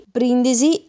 Brindisi